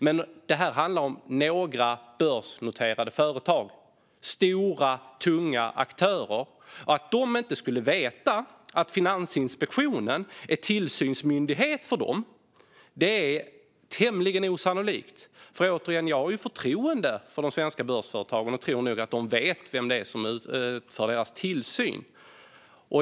Men det här handlar om börsnoterade företag - stora tunga aktörer. Att de inte skulle veta att Finansinspektionen är tillsynsmyndighet för dem är tämligen osannolikt. Återigen: Jag har förtroende för de svenska börsföretagen och tror att de vet vem som utövar deras tillsyn.